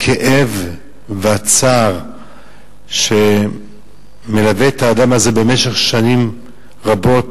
הכאב והצער שמלווים את האדם הזה במשך שנים רבות,